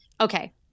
Okay